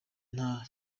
nta